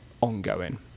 ongoing